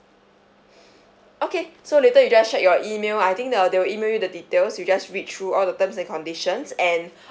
okay so later you just check your email I think uh they will email you the details you just read through all the terms and conditions and